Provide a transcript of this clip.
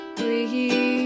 Breathe